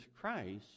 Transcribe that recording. Christ